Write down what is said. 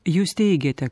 jūs teigiate